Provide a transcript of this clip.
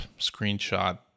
screenshot